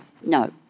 no